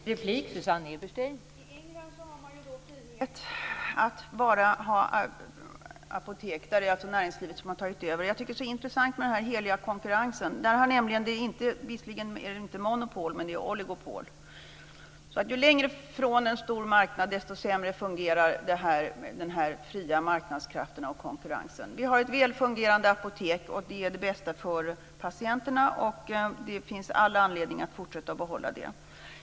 Fru talman! I England har man frihet att ha apotek. Där är det alltså näringslivet som har tagit över. Jag tycker att det är så intressant med den här heliga konkurrensen. Där är det visserligen inte monopol, men det är oligopol. Ju längre från en stor marknad, desto sämre fungerar alltså de fria marknadskrafterna och konkurrensen. Vi har ett väl fungerande apotek. Och det är det bästa för patienterna. Och det finns all anledning att behålla det i fortsättningen.